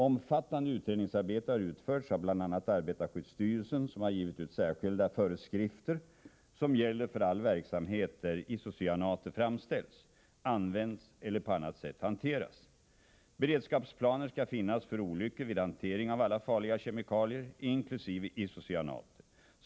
Omfattande utredningsarbete har utförts av bl.a. arbetarskyddsstyrelsen som har givit ut särskilda föreskrifter som gäller för all verksamhet där isocyanater framställs, används eller på annat sätt hanteras. Beredskapsplaner skall finnas för olyckor vid hantering av alla farliga kemikalier, inkl. isocyanater.